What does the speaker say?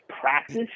practice